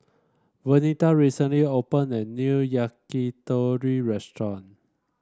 Venita recently opened a new Yakitori Restaurant